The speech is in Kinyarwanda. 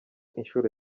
inshuro